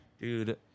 Dude